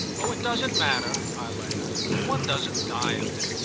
oh it doesn't matter! i laughed one doesn't die of it.